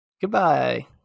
Goodbye